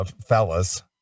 fellas